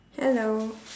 hello